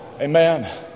Amen